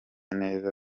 neza